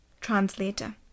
Translator